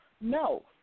No